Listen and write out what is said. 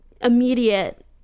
immediate